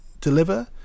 deliver